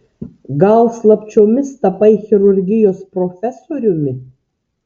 gal slapčiomis tapai chirurgijos profesoriumi